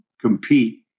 compete